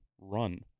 run